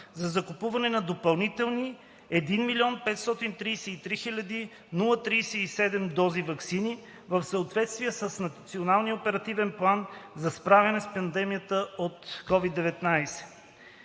за закупуване на допълнителни 1 533 037 дози ваксини в съответствие с Националния оперативен план за справяне с пандемията от COVID-19.